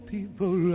People